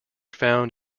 found